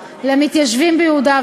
אני אומר שיש קו אחד שמחבר בין עקרונות,